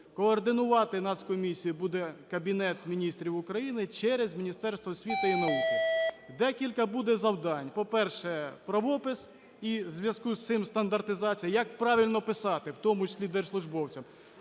Координувати нацкомісію буде Кабінет Міністрів України через Міністерство освіти і науки. Декілька буде завдань. По-перше, правопис і в зв'язку з цим стандартизація, як правильно писати, в тому числі держслужбовцям.